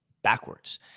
backwards